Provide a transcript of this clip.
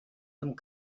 amb